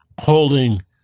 holding